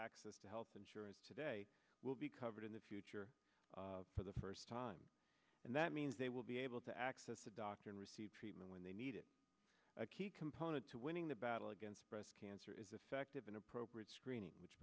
access to health insurance today will be covered in the future for the first time and that means they will be able to access a doctor and receive treatment when they need it a key component to winning the battle against breast cancer is effective and appropriate screening which